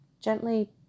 gently